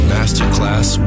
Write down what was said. Masterclass